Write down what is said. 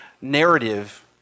narrative